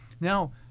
Now